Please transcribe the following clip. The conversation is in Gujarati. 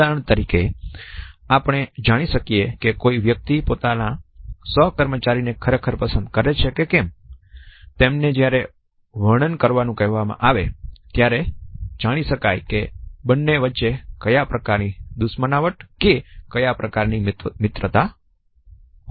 ઉદાહરણ તરીકે આપણે જાણી શકીએ કે કોઈ વ્યક્તિ પોતાના સહકર્મચારી ને ખરેખર પસંદ કરે છે કે કેમ તેમને જ્યારે વર્ણન કરવાનું કહેવામાં આવે ત્યારે જાણી શકાય કે બંને વચ્ચે ક્યાં પ્રકારની દુશ્મનાવટ કે ક્યાં પ્રકાર ની મિત્રતા હોઈ શકે